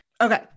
Okay